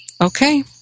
okay